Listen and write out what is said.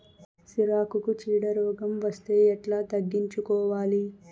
సిరాకుకు చీడ రోగం వస్తే ఎట్లా తగ్గించుకోవాలి?